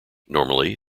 normally